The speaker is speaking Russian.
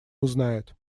узнает